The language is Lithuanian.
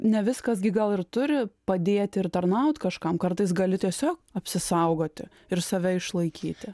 ne viskas gi gal ir turi padėt ir tarnaut kažkam kartais gali tiesiog apsisaugoti ir save išlaikyti